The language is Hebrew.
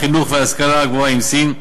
החינוך וההשכלה הגבוהה עם סין.